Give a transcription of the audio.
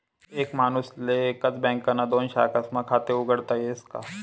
एक माणूसले एकच बँकना दोन शाखास्मा खातं उघाडता यस का?